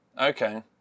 Okay